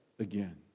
Again